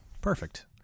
Perfect